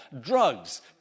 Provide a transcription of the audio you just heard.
drugs